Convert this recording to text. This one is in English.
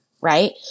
right